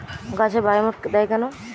গাছে বায়োমেট কেন দেয়?